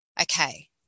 okay